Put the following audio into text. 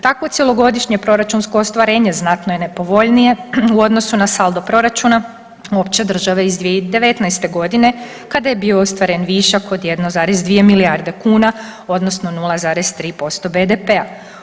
Takvo cjelogodišnje proračunsko ostvarenje znatno je nepovoljnije u odnosu na saldo proračuna opće države iz 2019. g. kada je bio ostvaren višak od 1,2 milijarde kuna odnosno 0,35 BDP.